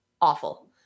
awful